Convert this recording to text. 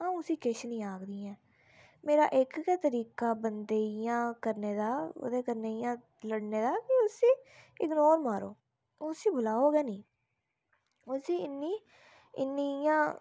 अ'ऊं उसी किश नेई आखदी इ'यां मेरा इक गै तरीका बंदे गी इयां करने दा ओहदे कन्नै इ'यां लड़ने दा कि उसी इगनोर मारो उसी बलाओ गै नेईं उसी इन्नी इयां